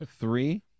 Three